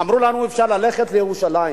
אמרו לנו: אפשר ללכת לירושלים.